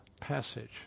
passage